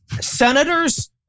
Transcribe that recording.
Senators